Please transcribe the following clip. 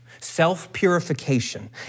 self-purification